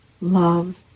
Love